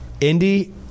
Indy